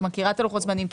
את מכירה את הלוחות זמנים,